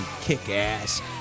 kick-ass